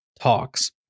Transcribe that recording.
talks